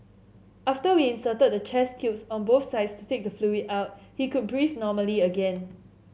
after we inserted chest tubes on both sides to take the fluid out he could breathe normally again